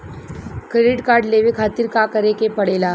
Credit card लेवे खातिर का करे के पड़ेला?